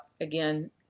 again